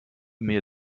mir